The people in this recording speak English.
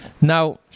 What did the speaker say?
Now